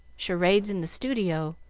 charades in the studio,